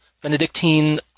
Benedictine